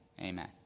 Amen